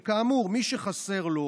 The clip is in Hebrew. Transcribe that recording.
וכאמור, מי שחסרים לו